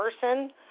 person